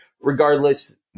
regardless